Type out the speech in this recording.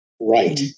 right